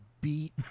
beat